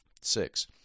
Six